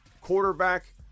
quarterback